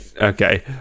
okay